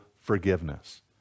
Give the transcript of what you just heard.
forgiveness